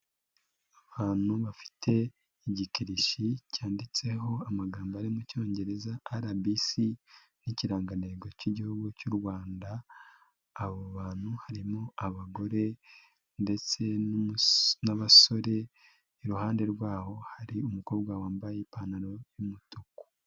Abantu bafite igikiririshi cyanditseho amagambo ari mu cyongereza RBC, n'ikirangantego cy'igihugu cy'u Rwanda, abo bantu harimo abagore ndetse n'abasore, iruhande rw'aho hari umukobwa wambaye ipantaro y'umutuku.